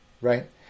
right